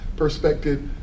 Perspective